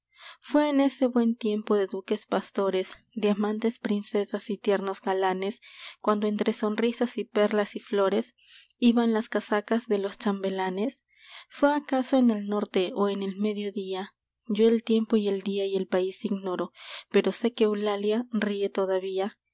fué en ese buen tiempo de duques pastores de amantes princesas y tiernos galanes cuando entre sonrisas y perlas y flores iban las casacas de los chambelanes fué acaso en el norte o en el mediodía yo el tiempo y el día y el país ignoro pero sé que eulalia ríe todavía